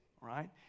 right